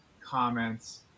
comments